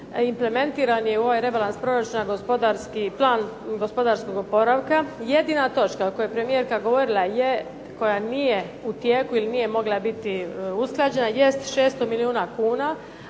Implementiran je u ovaj rebalans proračuna gospodarski plan gospodarskog oporavka. Jedina točka o kojoj je premijerka govorila je koja nije u tijeku ili nije mogla biti usklađena jest 600 milijuna kuna,